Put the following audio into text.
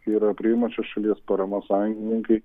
yra priimančios šalies parama sąjungininkai